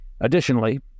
Additionally